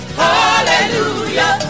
hallelujah